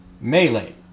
Melee